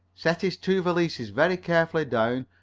set his two valises very carefully down,